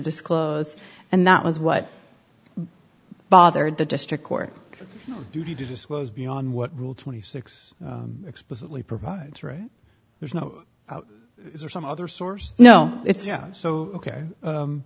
disclose and that was what bothered the district court duty to disclose beyond what rule twenty six explicitly provides right there's no some other source no it's yeah so ok